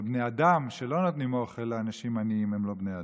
אבל בני אדם שלא נותנים אוכל לאנשים עניים הם לא בני אדם.